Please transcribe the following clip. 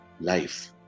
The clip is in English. life